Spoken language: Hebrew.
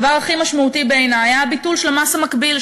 הדבר הכי משמעותי בעיני היה ביטול המס המקביל,